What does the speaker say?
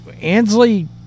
Ansley